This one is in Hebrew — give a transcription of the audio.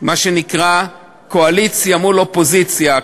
מה שנקרא קואליציה מול אופוזיציה.